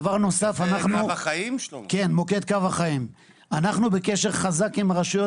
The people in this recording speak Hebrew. דבר נוסף: אנחנו בקשר חזק עם הרשויות